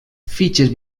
fitxes